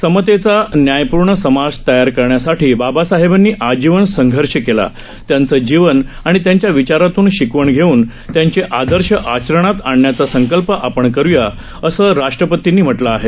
समतेचा न्यायपूर्ण समाज तयार करण्यासाठी बाबासाहेबांनी आजीवन संघर्ष केला त्यांचं जीवन आणि त्यांच्या विचारातून शिकवण घेऊन त्यांचे आदर्श आचरणात आणण्याचा संकल्प आपण करूया असं राष्ट्रपतींनी म्ह लं आहे